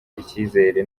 icyizere